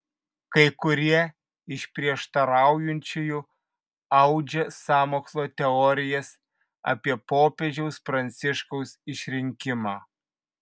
kai kurie iš prieštaraujančiųjų audžia sąmokslo teorijas apie popiežiaus pranciškaus išrinkimą